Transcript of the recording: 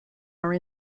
are